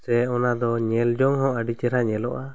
ᱥᱮ ᱚᱱᱟ ᱫᱚ ᱧᱮᱞᱡᱚᱝ ᱦᱚᱸ ᱟᱹᱰᱤ ᱪᱮᱨᱦᱟ ᱧᱮᱞᱚᱜᱼᱟ